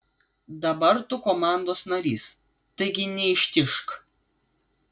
dabar tu komandos narys taigi neištižk